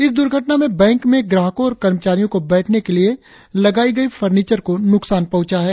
इस दुर्घटना में बैंक में ग्राहकों और कर्मचारियों को बैठने के लिए लगाई गई फर्निचर को नुकसान पहुँचा है